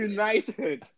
United